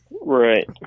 Right